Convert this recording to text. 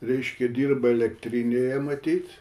reiškia dirba elektrinėje matyt